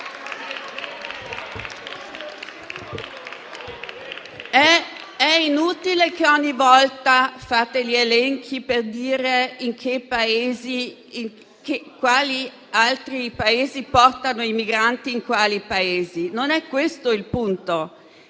È inutile che ogni volta facciate gli elenchi per dire quali altri Paesi portano i migranti in quali Paesi: non è questo il punto.